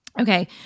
Okay